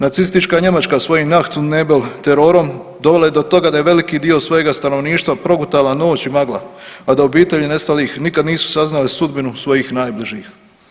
Nacistička Njemačka svojim achtung nebel terorom dovela je do toga da je veliki dio svojega stanovništva progutala noć i magla, a da obitelji nestalih nikada nisu saznali sudbinu svojih najbližih.